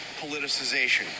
politicization